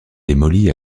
démoli